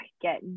get